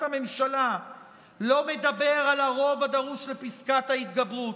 הממשלה לא מדבר על הרוב הדרוש לפסקת ההתגברות,